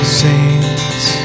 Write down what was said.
saints